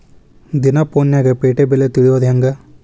ದಿನಾ ಫೋನ್ಯಾಗ್ ಪೇಟೆ ಬೆಲೆ ತಿಳಿಯೋದ್ ಹೆಂಗ್?